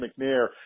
McNair